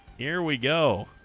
here we go